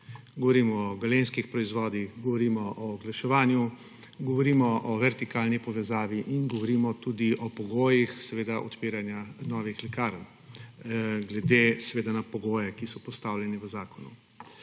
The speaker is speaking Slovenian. Govorimo galenskih proizvodih, govorimo o oglaševanju, govorimo o vertikalni povezavi in govorimo seveda tudi o pogojih odpiranja novih lekarn, glede seveda na pogoje, ki so postavljeni v zakonu.